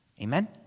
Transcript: Amen